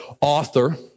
author